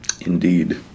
Indeed